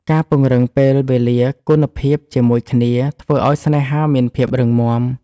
ការពង្រឹងពេលវេលាគុណភាពជាមួយគ្នាធ្វើឱ្យស្នេហាមានភាពរឹងមាំ។